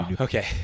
Okay